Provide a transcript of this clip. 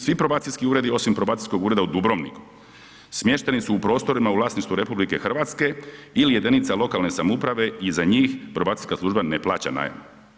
Svi probacijski uredi osim probacijskog ureda u Dubrovniku smješteni su u prostorima u vlasništvu RH ili jedinica lokalne samouprave i za njih probacijska služba ne plaća najam.